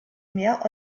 mehr